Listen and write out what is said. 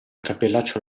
cappellaccio